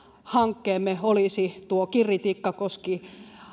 hankkeemme olisi tuo kirri tikkakoski